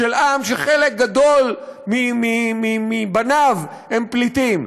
של עם שחלק גדול מבניו הם פליטים.